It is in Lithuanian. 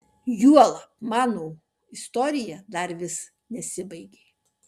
juolab mano istorija dar vis nesibaigė